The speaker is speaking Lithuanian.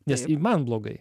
nes i man blogai